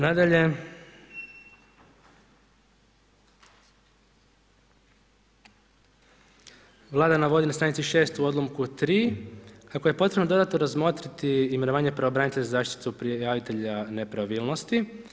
Nadalje, Vlada navodi na stranici 6 u odlomku 3 kako je potrebno dodatno razmotriti imenovanje pravobranitelja za zaštitu prijavitelja nepravilnosti.